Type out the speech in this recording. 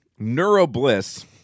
Neurobliss